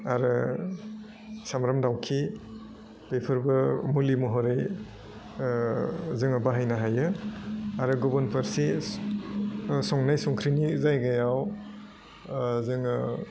आरो सामब्राम दावखि बेफोरबो मुलि महरै ओह जोङो बाहायनो हायो आरो गुबुन फारसे ओह संनाय संख्रिनि जायगायाव ओह जोङो